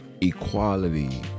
Equality